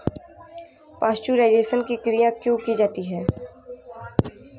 Pasteurisation की क्रिया क्यों की जाती है?